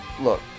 look